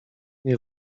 nie